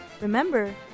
Remember